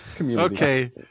Okay